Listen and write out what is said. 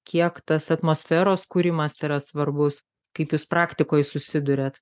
kiek tas atmosferos kūrimas yra svarbus kaip jūs praktikoj susiduriat